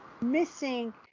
missing